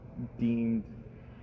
deemed